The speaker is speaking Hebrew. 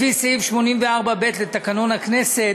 לפי סעיף 84(ב) לתקנון הכנסת,